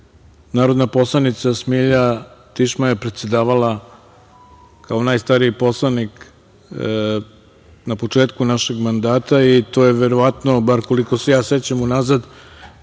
narodna poslanica Smilja Tišma je predsedavala kao najstariji poslanik na početku našeg mandata i to je verovatno, bar koliko se ja sećam unazad,